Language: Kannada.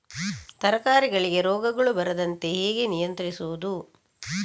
ತರಕಾರಿಗಳಿಗೆ ರೋಗಗಳು ಬರದಂತೆ ಹೇಗೆ ನಿಯಂತ್ರಿಸುವುದು?